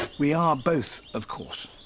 we are both, of course,